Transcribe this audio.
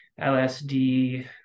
LSD